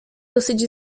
dosyć